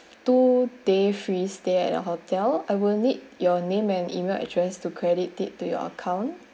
two day free stay at our hotel I will need your name and email address to credited to your account